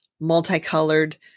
multicolored